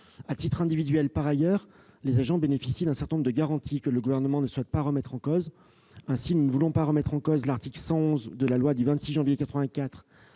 à titre individuel, les agents bénéficient d'un certain nombre de garanties, que le Gouvernement ne souhaite pas remettre en cause. Ainsi, nous ne voulons pas remettre en cause l'article 111 de la loi du 26 janvier 1984